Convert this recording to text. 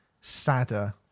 sadder